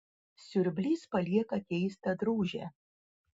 siurblys palieka keistą drūžę